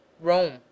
Rome